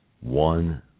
one